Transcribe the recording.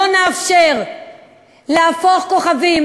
לא נאפשר להפוך לכוכבים,